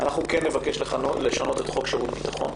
נבקש לשנות את חוק שירות הביטחון.